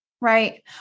right